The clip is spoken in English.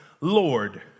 Lord